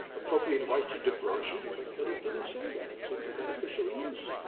appropriative right to diversion, but but it didn't say that. it said to beneficial use.